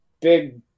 big